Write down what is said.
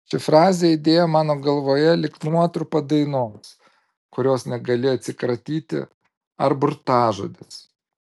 ši frazė aidėjo mano galvoje lyg nuotrupa dainos kurios negali atsikratyti ar burtažodis